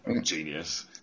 genius